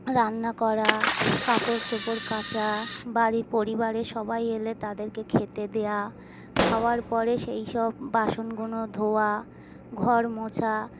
রান্না করা কাপড় চোপড় কাচা বাড়ি পরিবারে সবাই এলে তাদেরকে খেতে দেওয়া খাওয়ার পরে সেই সব বাসনগুলো ধোয়া ঘর মোছা